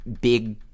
big